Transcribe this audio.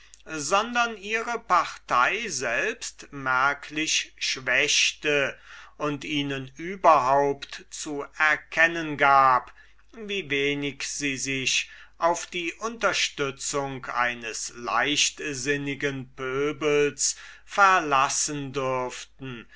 sondern ihre partei selbst merklich schwächte und ihnen überhaupt zu erkennen gab wie wenig sie sich auf die unterstützung eines leichtsinnigen pöbels verlassen dürften